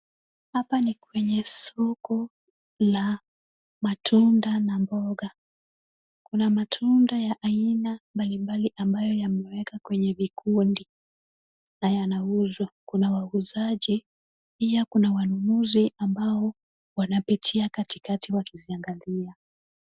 Hapa ni kwenye soko la matunda na mboga. Kuna matunda ya aina mbalimbali ambayo yamewekwa kwenye vikundi na yanauzwa. Kuna wauzaji, pia kuna wanunuzi ambao wanapitia katikati wakiziangalia.